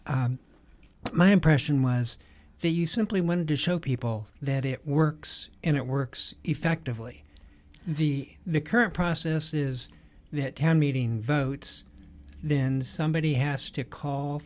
sure my impression was that you simply wanted to show people that it works and it works effectively the the current process is it can meeting votes then somebody has to call